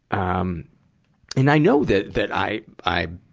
um and i know that, that i, i,